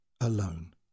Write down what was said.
alone